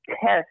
test